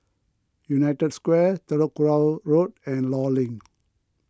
United Square Telok Kurau Road and Law Link